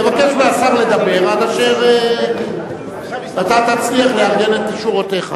תבקש מהשר לדבר עד אשר אתה תצליח לארגן את שורותיך.